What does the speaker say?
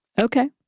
Okay